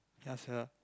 ya sia